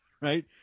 Right